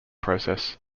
process